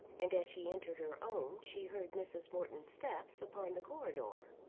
and as she entered her own she heard mrs. morton's steps upon the corridor.